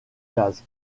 jazz